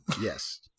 Yes